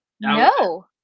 No